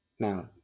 Now